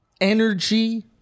energy